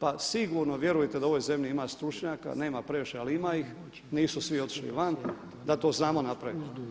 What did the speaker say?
pa sigurno vjerujte da u ovoj zemlji ima stručnjaka, nema previše, ali ima ih, nisu svi otišli van, da to znamo napraviti.